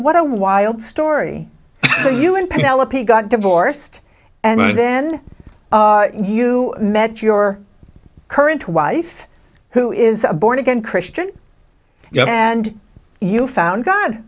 what a wild story for you and pella p got divorced and then you met your current wife who is a born again christian and you found god